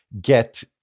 get